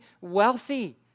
wealthy